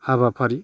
हाबाफारि